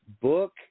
Book